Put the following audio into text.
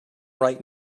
right